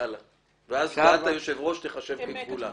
ואז דעת היושב-ראש תיחשב ככפולה.